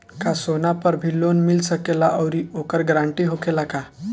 का सोना पर भी लोन मिल सकेला आउरी ओकर गारेंटी होखेला का?